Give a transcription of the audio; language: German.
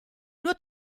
nur